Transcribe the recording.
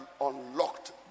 unlocked